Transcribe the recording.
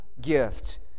gift